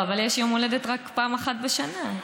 אבל יש יום הולדת רק פעם אחת בשנה.